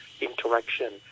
interaction